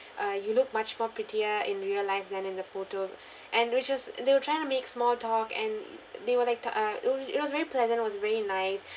uh you look much more prettier in real life than in the photo and which was they were trying to make small talk and they were like to uh it was it was very pleasant was really nice